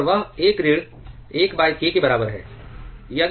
और वह 1 ऋण 1 k के बराबर है